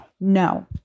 No